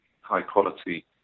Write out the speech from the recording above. high-quality